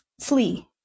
flee